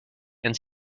and